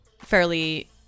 fairly